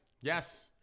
Yes